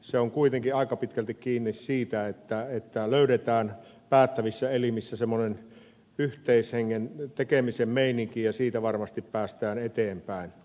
se on kuitenkin aika pitkälti kiinni siitä että löydetään päättävissä elimissä semmoinen yhteishengen tekemisen meininki ja siitä varmasti päästään eteenpäin